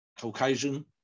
Caucasian